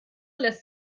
lässt